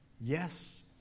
yes